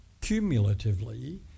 cumulatively